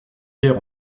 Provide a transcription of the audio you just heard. guère